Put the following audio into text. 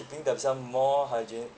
keeping themselves more hygiene